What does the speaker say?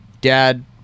dad